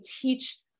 teach